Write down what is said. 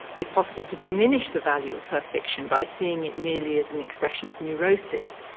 it's possible to diminish the value of her fiction by seeing it merely as an expression of neurosis.